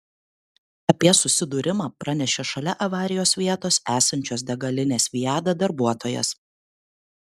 apie susidūrimą pranešė šalia avarijos vietos esančios degalinės viada darbuotojas